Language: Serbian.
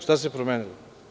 Šta se promenilo?